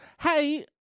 Hey